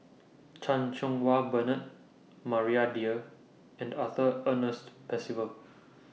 Chan Cheng Wah Bernard Maria Dyer and Arthur Ernest Percival